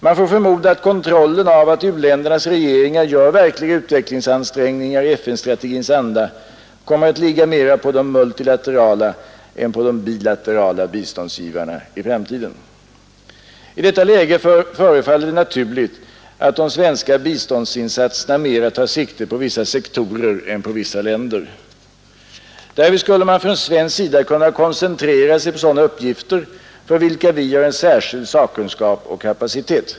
Man får förmoda att kontrollen av att u-ländernas regeringar gör verkliga utvecklingsansträngningar i FN-strategins anda kommer att ligga mera på de multilaterala än på de bilaterala biståndsgivarna i framtiden. I detta läge förefaller det naturligt att de svenska biståndsinsatserna mera tar sikte på vissa sektorer än på vissa länder. Därvid skulle man från svensk sida kunna koncentrera sig på sådana uppgifter, för vilka vi har en särskild sakkunskap och kapacitet.